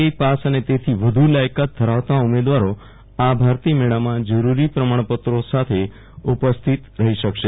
આઈ pass અને તેથી વધુ લાયકાત ધરાવતા ઉમેદવારો આ ભરતી મેળામાં જરૂરી પ્રમાણપત્રો સાથે ઉપસ્થિત રહી શકશે